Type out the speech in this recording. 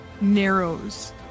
narrows